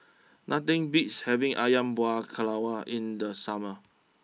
nothing beats having Ayam Buah Keluak in the summer